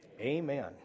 amen